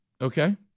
Okay